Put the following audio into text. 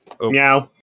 Meow